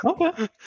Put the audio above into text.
Okay